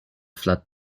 flood